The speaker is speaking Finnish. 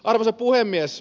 arvoisa puhemies